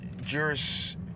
Juris